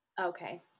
Okay